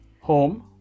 home